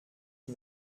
qui